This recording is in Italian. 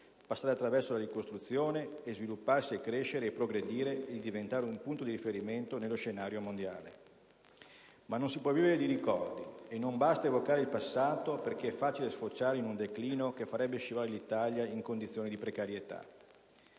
passare attraverso la ricostruzione, svilupparsi, crescere e progredire, diventando un punto di riferimento nello scenario mondiale. Ma non si può vivere di ricordi e non basta evocare il passato perché è facile sfociare in un declino che farebbe scivolare l'Italia in condizioni di precarietà.